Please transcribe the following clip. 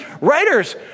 writers